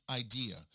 idea